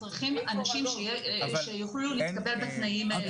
וצריכים אנשים שיוכלו להתקבל בתנאים האלה.